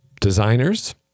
designers